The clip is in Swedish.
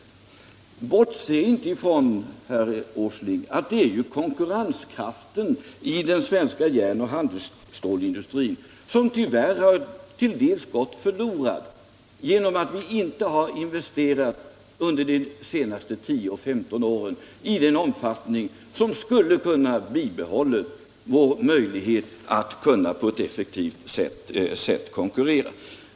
Bortse inte ifrån, herr Åsling, att det är konkurrenskraften i den svenska järn och handelsstålindustrin som tyvärr till dels har gått förlorad genom att vi under de senaste 10-15 åren inte har investerat i den omfattning som hade krävts för att bibehålla våra möjligheter att konkurrera på ett effektivt sätt.